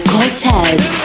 Cortez